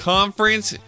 Conference